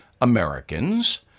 Americans